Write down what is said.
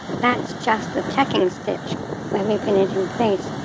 that's just a tacking stitch where we pin it in place.